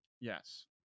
Yes